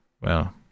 Well